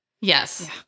Yes